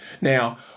Now